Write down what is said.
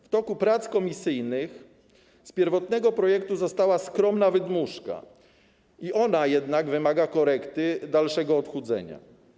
W toku prac komisyjnych z pierwotnego projektu została skromna wydmuszka, jednak i ona wymaga korekty, dalszego odchudzenia.